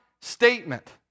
statement